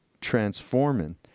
transforming